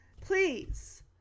Please